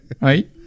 Right